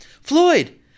Floyd